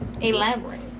Elaborate